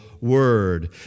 Word